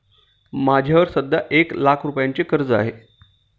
माझ्यावर सध्या एक लाख रुपयांचे कर्ज आहे